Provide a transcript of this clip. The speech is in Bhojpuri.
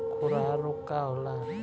खुरहा रोग का होला?